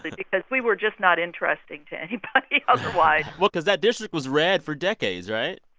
because we were just not interesting to anybody otherwise well, because that district was red for decades, right?